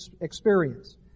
experience